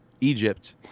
Egypt